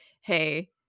hey